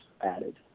added